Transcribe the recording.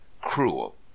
Cruel